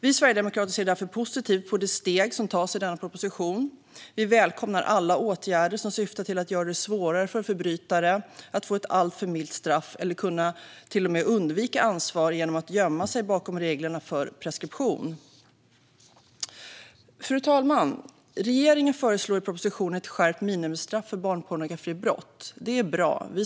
Vi sverigedemokrater ser därför positivt på de steg som tas i denna proposition. Vi välkomnar alla åtgärder som syftar till att göra det svårare för förbrytare att få ett alltför milt straff eller till och med kunna undvika ansvar genom att gömma sig bakom reglerna för preskription. Fru talman! Regeringen föreslår i propositionen ett skärpt minimistraff för barnpornografibrott. Det är bra.